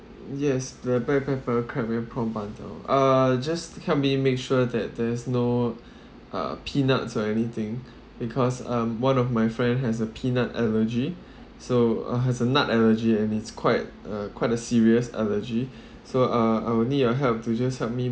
yes the black pepper crab and prawn bundle uh just help me make sure that there's no uh peanuts or anything because um one of my friend has a peanut allergy so uh has a nut allergy and it's quite uh quite a serious allergy so uh I would need your help to just helped me